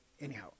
anyhow